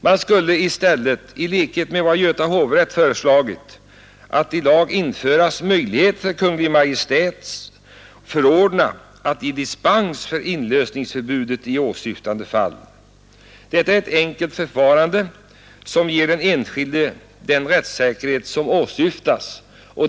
Man skulle i stället, i likhet med vad Göta hovrätt har föreslagit, kunna i lag införa möjlighet för Kungl. Maj:t eller myndighet som Kungl. Maj:t förordnar att ge dispens för inlösningsförbud i åsyftade fall. Detta är ett enkelt förfarande som ger den enskilde den rättssäkerhet som krävs.